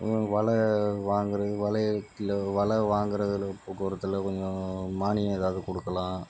வலை வாங்குறது வலையல்க்குல வலை வாங்கறதில் போக்குவரத்தில் கொஞ்சம் மானியம் ஏதாவது கொடுக்கலாம்